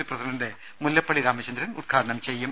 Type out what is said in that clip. C president Mullappally Ramachandran ഉദ്ഘാടനം ചെയ്യും